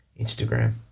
instagram